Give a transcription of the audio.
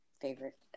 favorite